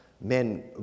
men